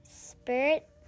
spirit